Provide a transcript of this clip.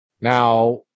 Now